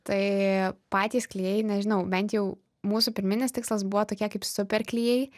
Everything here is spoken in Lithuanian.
tai patys klijai nežinau bent jau mūsų pirminis tikslas buvo tokie kaip superklijai